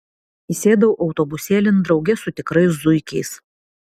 įsėdau autobusėlin drauge su tikrais zuikiais